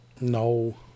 No